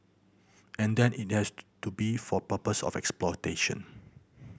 and then it has to be for the purpose of exploitation